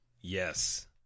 Yes